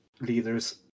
Leaders